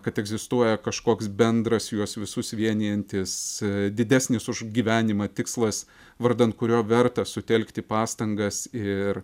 kad egzistuoja kažkoks bendras juos visus vienijantis didesnis už gyvenimą tikslas vardan kurio verta sutelkti pastangas ir